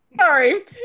Sorry